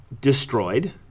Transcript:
destroyed